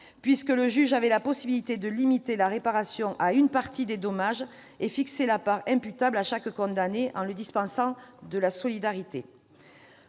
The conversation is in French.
puisque le juge avait la possibilité de limiter la réparation à une partie des dommages et fixer la part imputable à chaque condamné en le dispensant de la solidarité.